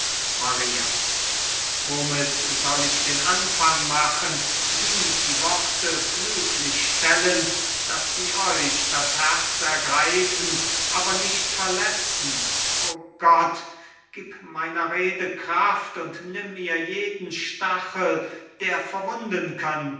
maria womit soll ich den anfang machen wie die worte klüglich stellen daß sie euch das herz ergreifen aber nicht verletzen o gott gib meiner rede kraft und nimm ihr jeden stachel der verwunden